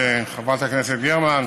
חברת הכנסת גרמן,